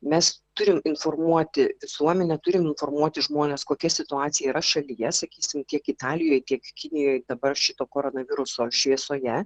mes turim informuoti visuomenę turim informuoti žmones kokia situacija yra šalyje sakysim tiek italijoj tiek kinijoj dabar šito koronaviruso šviesoje